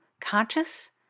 conscious